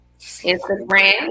Instagram